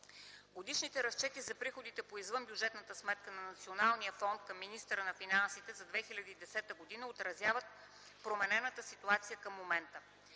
Годишните разчети за приходите по извънбюджетната сметка на Националния фонд към министъра на финансите за 2010 г. отразяват променената ситуация към момента.